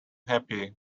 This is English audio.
happy